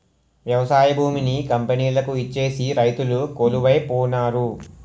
వ్యవసాయ భూమిని కంపెనీలకు ఇచ్చేసి రైతులు కొలువై పోనారు